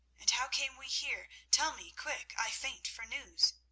and how came we here? tell me quick i faint for news!